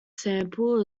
sample